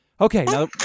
Okay